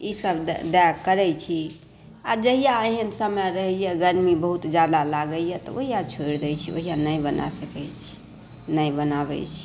ई सभ करै छी आ जहिआ एहन समय रहैए गर्मी बहुत ज्यादा लागैए तऽ ओहिआ छोड़ि दै छी ओहिआ नहि बनाबै छी नहि बनाबै छी